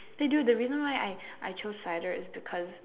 eh dude the reason why I I chose cider is because